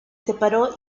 separó